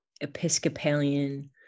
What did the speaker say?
Episcopalian